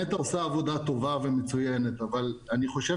נת"ע עושה עבודה טובה ומצוינת אבל אני חושב